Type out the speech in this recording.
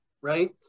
right